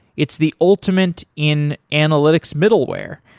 it's the ultimate in analytics middleware.